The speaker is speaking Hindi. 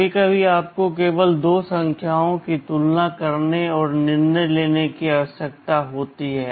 कभी कभी आपको केवल दो संख्याओं की तुलना करने और निर्णय लेने की आवश्यकता होती है